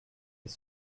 est